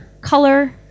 color